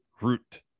root